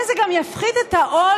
למעשה, זה גם יפחית את העול,